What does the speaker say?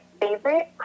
favorite